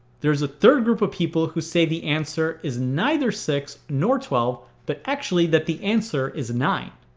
there's a third group of people who say the answer is neither six nor twelve but actually that the answer is nine.